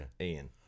Ian